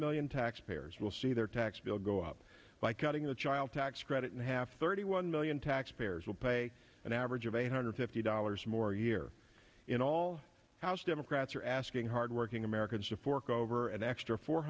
million taxpayers will see their tax bill go up by cutting the child tax credit and have thirty one million taxpayers will pay an average of eight hundred fifty dollars more a year in all house democrats are asking hardworking americans to fork over an extra four